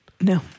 No